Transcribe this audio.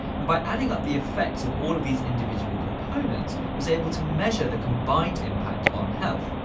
and by adding up the effects of all of these individual components was able to measure the combined impact on health.